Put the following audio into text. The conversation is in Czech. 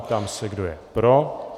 Ptám se, kdo je pro.